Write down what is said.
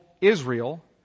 Israel